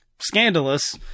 scandalous